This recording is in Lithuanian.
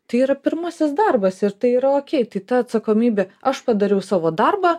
tai yra pirmasis darbas ir tai yra okei tai ta atsakomybė aš padariau savo darbą